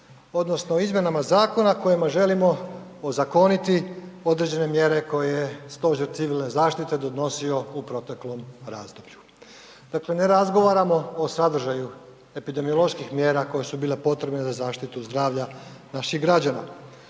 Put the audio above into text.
odnosno o izmjenama zakona kojima želimo ozakoniti određene mjere koje je Stožer civilne zaštite donosio u proteklom razdoblju. Dakle, ne razgovaramo o sadržaju epidemioloških mjera koje su bile potrebne za zaštitu zdravlja naših građana.